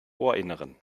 ohrinneren